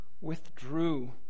withdrew